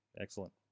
Excellent